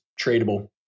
tradable